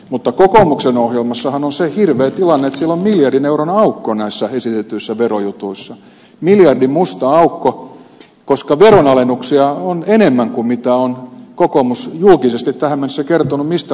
mutta kokoomuksen ohjelmassahan on se hirveä tilanne että siellä on miljardin euron aukko näissä esitetyissä verojutuissa miljardin musta aukko koska veronalennuksia on enemmän kuin on kokoomus julkisesti tähän mennessä kertonut mistä lisäverotuloja otetaan